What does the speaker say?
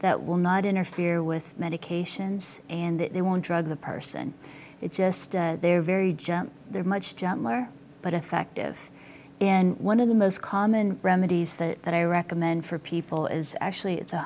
that will not interfere with medications and that they want drugs the person it's just they're very gentle they're much gentler but effective and one of the most common remedies that i recommend for people is actually it's a